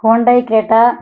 Hyundai Creta